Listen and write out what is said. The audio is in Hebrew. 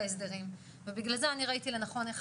אז אני רוצה להסביר שהנוסח